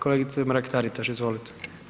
Kolegice Mrak Taritaš, izvolite.